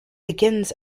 begins